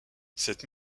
cette